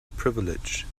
privilege